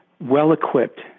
well-equipped